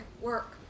work